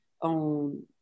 on